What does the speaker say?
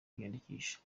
kwiyandikisha